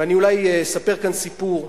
ואני אולי אספר כאן סיפור.